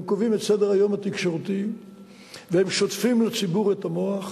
הם קובעים את סדר-היום התקשורתי והם שוטפים לציבור את המוח,